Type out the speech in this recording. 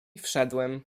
wszedłem